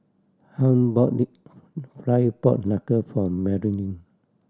Hunt bought deep fry pork knuckle for Marylin